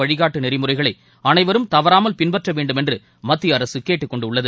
வழிகாட்டு நெறிமுறைகளை அனைவரும் தவறாமல் பின்பற்ற வேண்டும் என்று மத்திய அரசு கேட்டு கொண்டுள்ளது